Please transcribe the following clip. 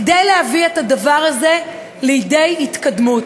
כדי להביא את הדבר הזה לידי התקדמות.